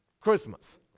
Christmas